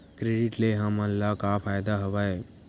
Credit ले हमन ला का फ़ायदा हवय?